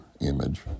image